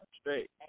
straight